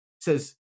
says